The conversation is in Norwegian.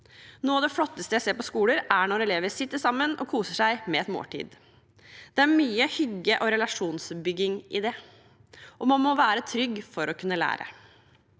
Noe av det flotteste jeg ser på skoler, er når elever sitter sammen og koser seg med et måltid. Det er mye hygge og relasjonsbygging i det, og man må være trygg for å kunne lære.